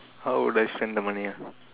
how would I spend the money ah